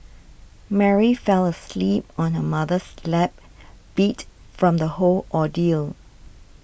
Mary fell asleep on her mother's lap beat from the whole ordeal